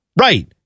right